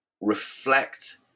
reflect